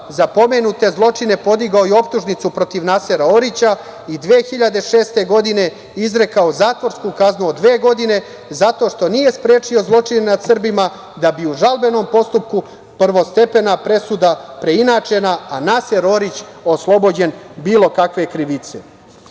za pomenute zločine podigao je optužnicu protiv Nasera Orića i 2006. godine izrekao zatvorsku kaznu od dve godine zato što nije sprečio zločine nad Srbima, da bi u žalbenom postupku prvostepena presuda preinačena, a Naser Orić oslobođen bilo kakve krivice. Dragi